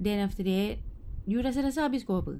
then after that you rasa-rasa habis pukul berapa